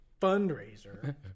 fundraiser